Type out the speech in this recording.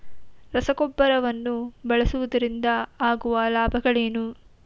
ರಸಗೊಬ್ಬರವನ್ನು ಬಳಸುವುದರಿಂದ ಆಗುವ ಲಾಭಗಳೇನು?